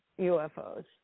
UFOs